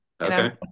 Okay